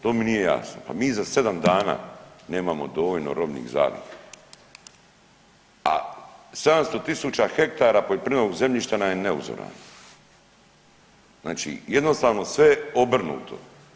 To mi nije jasno, pa mi za 7 dana nemamo dovoljno robnih zaliha, a 700.000 hektara poljoprivrednog zemljišta nam je neuzorano, jednostavno sve obrnuto.